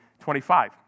25